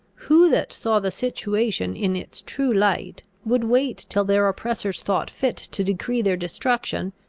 who that saw the situation in its true light would wait till their oppressors thought fit to decree their destruction,